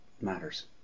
matters